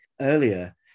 earlier